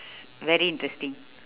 very interesting